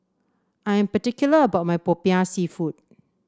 I am particular about my Popiah seafood